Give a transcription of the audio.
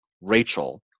Rachel